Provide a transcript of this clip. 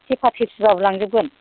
थेफा थेफिबाबो लांजोबगोन